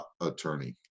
attorney